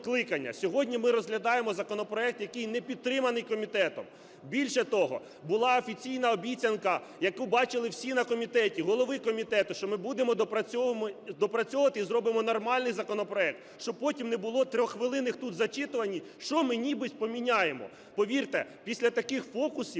Сьогодні ми розглядаємо законопроект, який не підтриманий комітетом. Більше того, була офіційна обіцянка, яку бачили всі на комітеті, голови комітету, що ми будемо доопрацьовувати і зробимо нормальний законопроект, щоб потім не було 3-хвилинних тут зачитувань, що ми ніби поміняємо. Повірте, після таких фокусів,